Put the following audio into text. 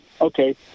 okay